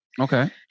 Okay